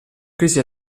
crisi